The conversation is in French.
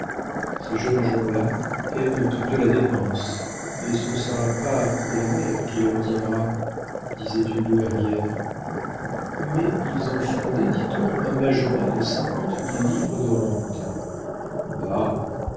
ces jeunes gens-là aiment tous deux la dépense et ce ne sera pas la mère qui les retiendra disait une douairière mais ils ont fondé dit-on un majorat de cinquante mille livres de rente bah